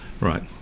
Right